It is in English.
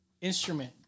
instrument